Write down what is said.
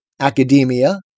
academia